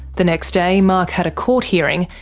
the next day, mark had a court hearing,